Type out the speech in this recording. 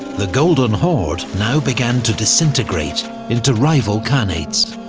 the golden horde now began to disintegrate into rival khanates.